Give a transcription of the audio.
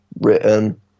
written